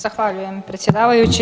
Zahvaljujem predsjedavajući.